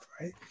right